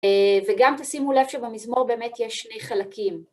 וגם תשימו לב שבמזמור באמת יש שני חלקים.